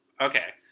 Okay